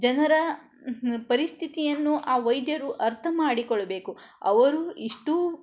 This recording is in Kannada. ಜನರ ಪರಿಸ್ಥಿತಿಯನ್ನು ಆ ವೈದ್ಯರು ಅರ್ಥ ಮಾಡಿಕೊಳ್ಬೇಕು ಅವರು ಇಷ್ಟು